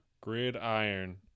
Gridiron